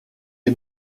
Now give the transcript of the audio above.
est